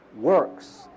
works